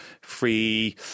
free